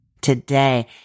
today